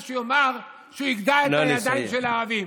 שיאמר שהוא יגדע את הידיים של הערבים.